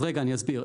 אז רגע, אני אסביר.